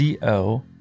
co